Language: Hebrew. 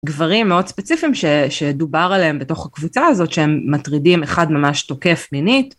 גברים מאוד ספציפיים שדובר עליהם בתוך הקבוצה הזאת שהם מטרידים אחד ממש תוקף מינית.